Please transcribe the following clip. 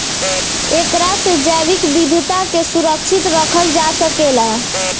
एकरा से जैविक विविधता के सुरक्षित रखल जा सकेला